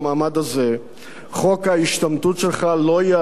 חוק ההשתמטות שלך לא יעבור בכנסת ישראל.